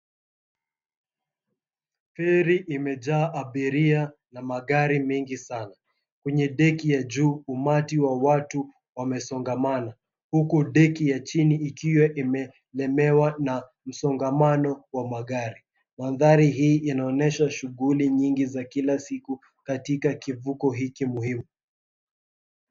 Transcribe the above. Feri imejaa abiria na magari mengi sana. Kwenye deki ya juu, umati wa watu wamesongamana, huku deki ya chini ikiwa imelemewa na msongamano wa magari. Mandhari hii inaonyesha shughuli nyingi za kila siku katika kivuko hiki muhimu.